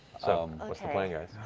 so, what's the plan, guys?